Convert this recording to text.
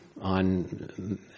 on